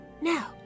Now